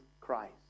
Christ